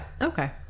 Okay